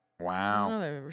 wow